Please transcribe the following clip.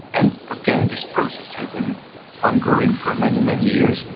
and again, this process had been ongoing for many, many years,